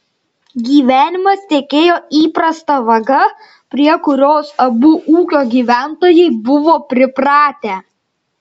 gyvenimas tekėjo įprasta vaga prie kurios abu ūkio gyventojai buvo pripratę